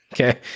okay